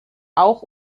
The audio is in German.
auch